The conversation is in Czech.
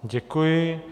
Děkuji.